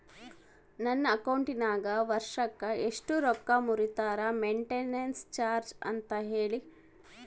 ನನ್ನ ಅಕೌಂಟಿನಾಗ ವರ್ಷಕ್ಕ ಎಷ್ಟು ರೊಕ್ಕ ಮುರಿತಾರ ಮೆಂಟೇನೆನ್ಸ್ ಚಾರ್ಜ್ ಅಂತ ಹೇಳಿ?